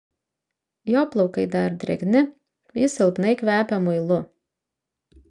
jo plaukai dar drėgni jis silpnai kvepia muilu